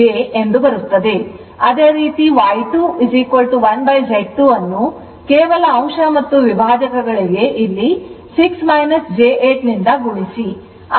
ಅದೇ ರೀತಿ Y 2 1Z2 ಅನ್ನು ಕೇವಲ ಅಂಶ ಮತ್ತು ವಿಭಾಜಕಗಳಿಗೆ ಇಲ್ಲಿ 6 j 8 ರಿಂದ ಗುಣಿಸಿ